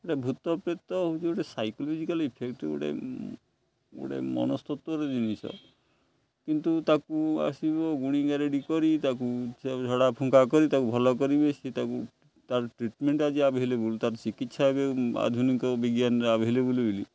ଆରେ ଭୂତପ୍ରେତ ହେଉଛି ଗୋଟେ ସାଇକୋଲୋଜିକାଲି ଇଫେକ୍ଟ ଗୋଟେ ଗୋଟେ ମନସ୍ତତ୍ୱର ଜିନିଷ କିନ୍ତୁ ତାକୁ ଆସିବ ଗୁଣି ଗାରେଡ଼ି କରି ତାକୁ ଝଡ଼ା ଫୁଙ୍କା କରି ତାକୁ ଭଲ କରିବେ ସେ ତାକୁ ତାର ଟ୍ରିଟମେଣ୍ଟ ଆଜି ଆଭେଲେବୁଲ ତା'ର ଚିକିତ୍ସା ଏବେ ଆଧୁନିକ ବିଜ୍ଞାନରେ ଆଭେଲେବୁଲ ବୋଲି